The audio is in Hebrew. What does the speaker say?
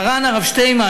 מרן הרב שטיינמן,